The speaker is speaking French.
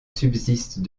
subsiste